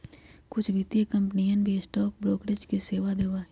कुछ वित्तीय कंपनियन भी स्टॉक ब्रोकरेज के सेवा देवा हई